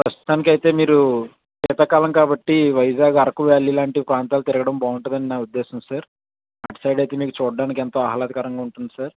ప్రస్తుతానికి అయితే మీరు శీతాకాలం కాబట్టి వైజాగ్ అరకు వ్యాలీ లాంటి ప్రాంతాలు తిరగడం బాగుంటుంది అని నా ఉద్దేశం సార్ అటుసైడ్ అయితే మీకు చూడడానికి ఎంతో ఆహ్లాదకరంగా ఉంటుంది సార్